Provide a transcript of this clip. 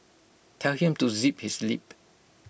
tell him to zip his lip